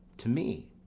to me,